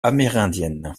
amérindienne